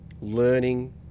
learning